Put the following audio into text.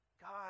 God